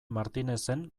martinezen